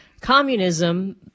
communism